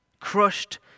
crushed